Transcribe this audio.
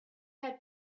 had